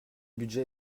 budget